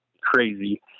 crazy